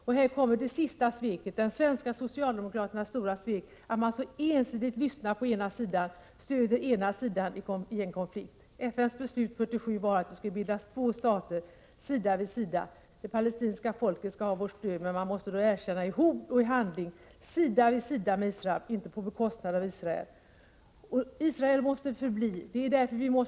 Och här kommer det sista sveket, de svenska socialdemokraternas stora svek, nämligen att man så ensidigt lyssnat på ena sidan, stött ena sidan i en konflikt. FN:s beslut 1947 var att det skulle bildas två stater, sida vid sida. Det palestinska folket skall ha vårt stöd, men man måste då erkänna, i ord och handling, sida vid sida med Israel, inte på bekostnad av Israel. Israel som stat måste få förbli, inom säkra och erkända gränser.